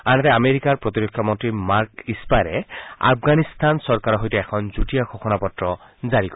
আনহাতে আমেৰিকাৰ প্ৰতিৰক্ষা মন্ত্ৰী মাৰ্ক ইষ্পাৰে আফাগানিস্তান চৰকাৰৰ সৈতে এখন যুটীয়া ঘোষণা পত্ৰ জাৰি কৰিব